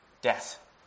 death